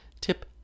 Tip